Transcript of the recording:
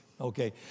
Okay